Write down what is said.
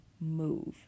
move